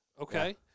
Okay